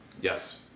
Yes